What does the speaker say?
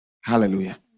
Hallelujah